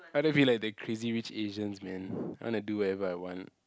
I want to be like the Crazy-Rich-Asians man I want to do whatever I want